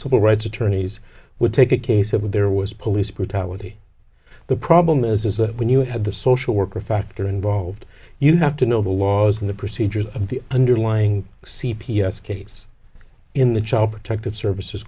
civil rights attorneys would take a case of when there was police brutality the problem is that when you have the social worker factor involved you have to know the laws and the procedures of the underlying c p s case in the child protective services